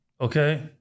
Okay